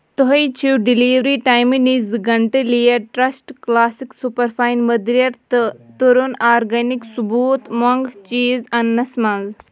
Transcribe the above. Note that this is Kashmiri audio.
تُہۍ چھِو ڈلوری ٹایمہِ نِش زٕ گنٛٹہٕ late trust classic super fine مٔدریر تہٕ تٔرن آرگینِک ثُبوٗت مۄنٛگ چیٖز اننَس منٛز